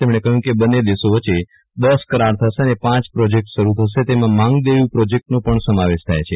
તેમણે કહ્યુ કે બંન્ને દેશો વચ્ચે દસ કરાર થશે અને પાંચ પ્રોજેક્ટ શરૂ થશે તેમાં માંગ દેયુ પ્રોજેક્ટનો પણ સમાવેશ થાય છે